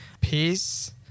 peace